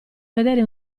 vedere